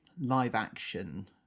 live-action